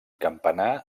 campanar